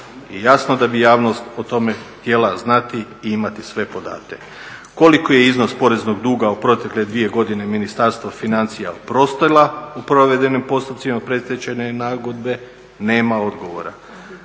I jasno da bi javnost o tome htjela znati i imati sve podatke. Koliki je iznos poreznog duga u protekle dvije godine Ministarstvo financija oprostilo u provedenim postupcima predstečajne nagodbe nema odgovora.